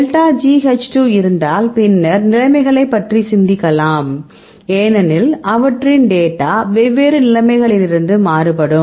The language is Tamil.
டெல்டா G H 2 இருந்தால் பின்னர் நிலைமைகளைப் பற்றி சிந்திக்கலாம் ஏனெனில் அவற்றின் டேட்டா வெவ்வேறு நிலைமைகளிலிருந்து மாறுபடும்